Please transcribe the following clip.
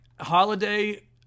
holiday